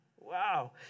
Wow